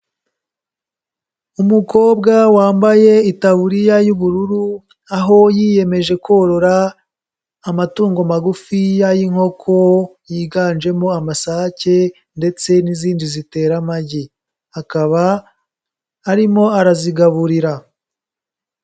Umukobwa wambaye itaburiya y'ubururu, aho yiyemeje korora amatungo magufiya y'inkoko, yiganjemo amasake ndetse n'izindi zitera amagi, akaba arimo arazigaburira.